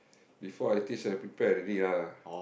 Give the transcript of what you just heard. before I teach I prepare already ah